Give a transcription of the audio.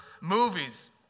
movies